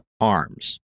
arms